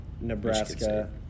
Nebraska